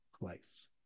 place